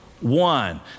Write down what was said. One